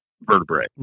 vertebrae